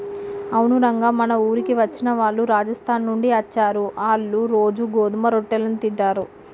అవును రంగ మన ఊరికి వచ్చిన వాళ్ళు రాజస్థాన్ నుండి అచ్చారు, ఆళ్ళ్ళు రోజూ గోధుమ రొట్టెలను తింటారు